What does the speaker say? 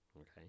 okay